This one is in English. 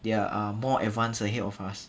they are more advanced ahead of us